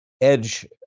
edge